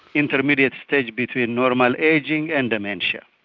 intermediate stage between normal ageing and dementia.